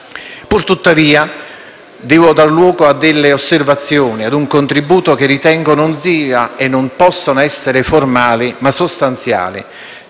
Purtuttavia, devo dar luogo a delle osservazioni e ad un contributo che ritengo non siano e non possano essere formali, ma sostanziali